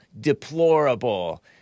deplorable